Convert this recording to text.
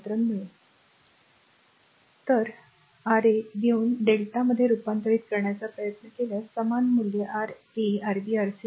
तर a a R a घेऊन Δ मध्ये रूपांतरित करण्याचा प्रयत्न केल्यास समान मूल्य Ra Rb Rc मिळेल